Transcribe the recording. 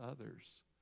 others